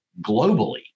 globally